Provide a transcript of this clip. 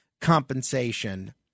compensation